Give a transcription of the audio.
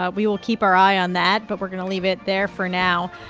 ah we will keep our eye on that, but we're going to leave it there for now.